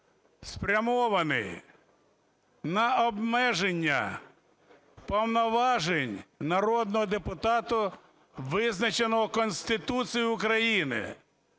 спрямований на обмеження повноважень народного депутата, визначеного Конституцією України,